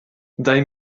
daj